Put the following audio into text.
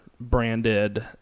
branded